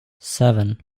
seven